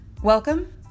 Welcome